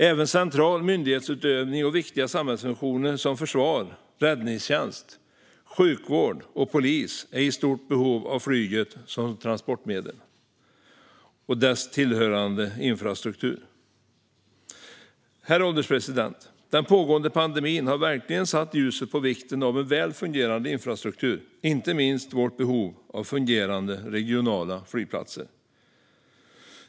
Även central myndighetsutövning och viktiga samhällsfunktioner som försvar, räddningstjänst, sjukvård och polis är i stort behov av flyget som transportmedel liksom dess tillhörande infrastruktur. Herr ålderspresident! Den pågående pandemin har verkligen satt ljuset på vikten av en väl fungerande infrastruktur, inte minst vårt behov av fungerande regionala flygplatser.